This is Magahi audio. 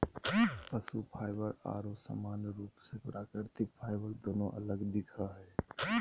पशु फाइबर आरो सामान्य रूप से प्राकृतिक फाइबर दोनों अलग दिखो हइ